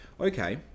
okay